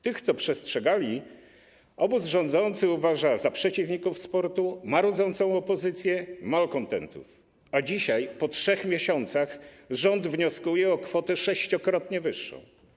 Tych, którzy przestrzegali, obóz rządzący uważał za przeciwników sportu, marudzącą opozycję, malkontentów, a dzisiaj, po 3 miesiącach rząd wnioskuje o kwotę sześciokrotnie wyższą.